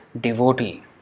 devotee